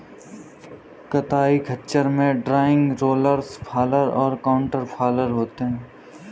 कताई खच्चर में ड्रॉइंग, रोलर्स फॉलर और काउंटर फॉलर होते हैं